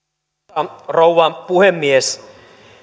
arvoisa rouva puhemies